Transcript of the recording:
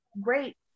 great